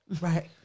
Right